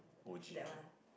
that one